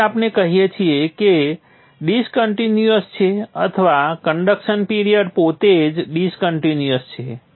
તેથી જ આપણે કહીએ છીએ કે તે ડિસ્કન્ટિન્યૂઅસ છે અથવા કન્ડક્શન પીરિયડ પોતે જ ડિસ્કન્ટિન્યૂઅસ છે